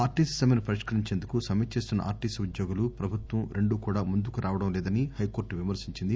RTC సమ్మెను పరిష్కరించేందుకు సమ్మె చేస్తున్న ఆర్టీసీ ఉద్యోగులు ప్రభుత్వం రెండు కూడా ముందుకు రావడంలేదని హైకోర్టు విమర్పించింది